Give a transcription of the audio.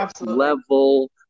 level